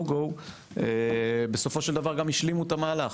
גו בסופו של דבר גם השלימו את המהלך.